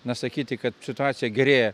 na sakyti kad situacija gerėja